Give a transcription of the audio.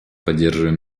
поддерживаем